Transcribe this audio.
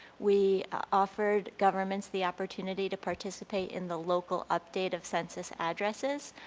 we offered governments the opportunity to participate in the local update of census addresses,